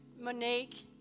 Monique